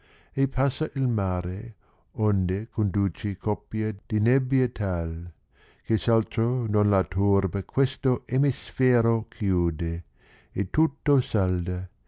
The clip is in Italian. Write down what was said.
e passa il mare onde conduce copia di nebbia tal che s'altro non la torba qaeto emispero chinde e tutto